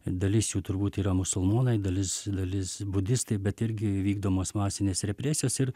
dalis jų turbūt yra musulmonai dalis dalis budistai bet irgi vykdomos masinės represijos ir